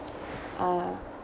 uh